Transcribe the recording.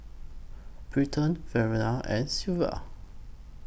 Britton Valery and Sylvia